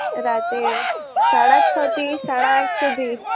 રાત્રે સાડા છથી સાડા આઠ સુધી